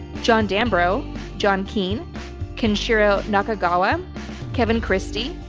john danverough john keane canshiro nakagawa kevin christie,